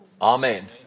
Amen